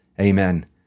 Amen